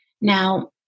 Now